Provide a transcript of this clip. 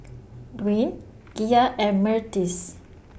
Dawne Gia and Myrtis